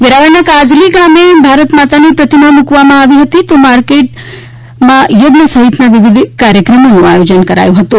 વેરાવળના કાજલી ગામે ભારત માતાની પ્રતિમા મુકવામાં આવી હતી તો માર્કડેટ યજ્ઞ સહિતના વિવિધ કાર્યક્રમોનું આયોજન કરાયું હતું